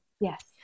Yes